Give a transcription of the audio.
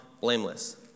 blameless